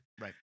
right